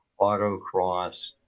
autocross